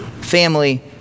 family